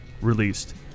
released